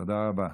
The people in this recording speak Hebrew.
רעיון